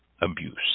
abuse